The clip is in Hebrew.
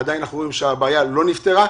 עדיין אנחנו רואים שהבעיה לא נפתרה.